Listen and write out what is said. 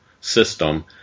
system